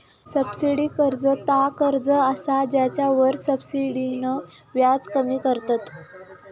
subsidy कर्ज ता कर्ज असा जेच्यावर सब्सिडीन व्याज कमी करतत